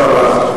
תודה רבה.